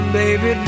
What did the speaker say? baby